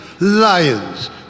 lions